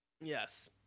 yes